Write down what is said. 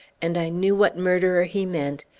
and i knew what murderer he meant,